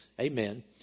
Amen